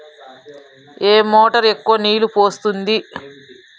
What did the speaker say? ఏ motor ఎక్కువ నీళ్లు పోస్తుంది?